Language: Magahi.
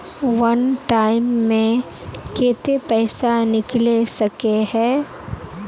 वन टाइम मैं केते पैसा निकले सके है?